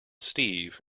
steve